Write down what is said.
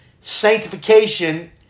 sanctification